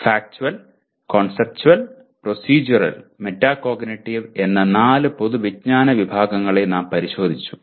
factual conceptual procedural metacognitive എന്ന നാല് പൊതുവിജ്ഞാന വിഭാഗങ്ങളെ നാം പരിശോധിച്ചു